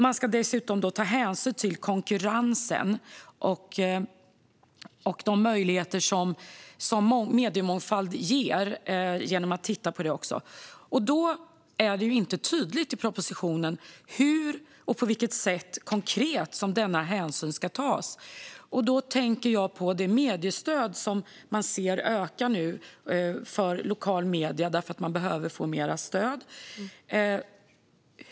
Man ska dessutom ta hänsyn till konkurrensen och de möjligheter som mediemångfald ger, genom att titta även på det. Det är inte tydligt i propositionen på vilket konkret sätt denna hänsyn ska tas. Jag tänker på det mediestöd till lokala medier som nu ökar eftersom de behöver mer stöd.